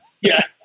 Yes